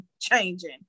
changing